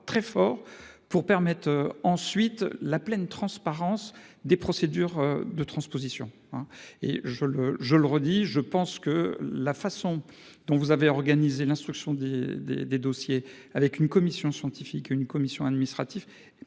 très forts pour permettre ensuite la pleine transparence des procédures de transposition hein et je le je le redis, je pense que la façon dont vous avez organisé l'instruction des des des dossiers avec une commission scientifique une commission administrative